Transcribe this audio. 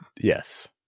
Yes